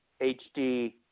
HD